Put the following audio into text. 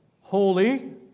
Holy